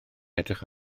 edrych